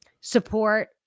support